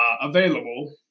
available